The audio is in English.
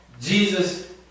Jesus